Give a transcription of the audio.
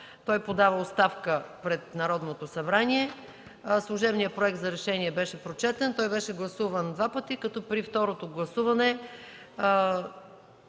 Той подава оставка пред Народното събрание. Служебният проект за решение беше прочетен. Той беше гласуван два пъти, като при второто гласуване